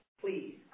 please